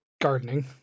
gardening